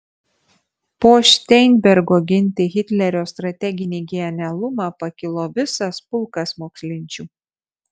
po šteinbergo ginti hitlerio strateginį genialumą pakilo visas pulkas mokslinčių